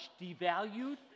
devalued